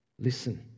Listen